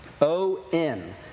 O-N